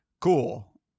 cool